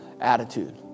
attitude